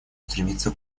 стремится